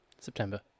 September